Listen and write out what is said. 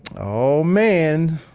oh, man.